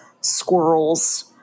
squirrels